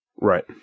Right